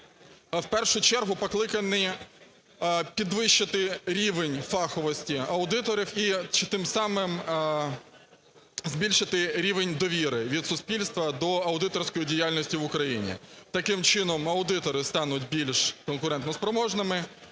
в першу чергу покликані підвищити рівень фаховості аудиторів і тим самим збільшити рівень довіри від суспільства до аудиторської діяльності в Україні. Таким чином аудитори стануть більш конкурентоспроможними,